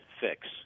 fix